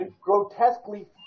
grotesquely